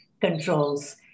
controls